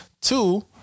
Two